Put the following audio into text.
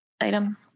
item